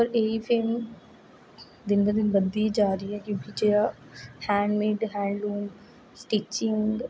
पर फेम दिन बा दिन बधदी गै जारदी ऐ कि जेहड़ा हैंडमेंड हैंडलूम स्टिचिंग